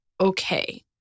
okay